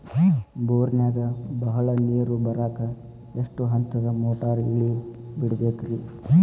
ಬೋರಿನಾಗ ಬಹಳ ನೇರು ಬರಾಕ ಎಷ್ಟು ಹಂತದ ಮೋಟಾರ್ ಇಳೆ ಬಿಡಬೇಕು ರಿ?